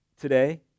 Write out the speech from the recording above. today